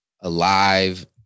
alive